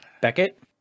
Beckett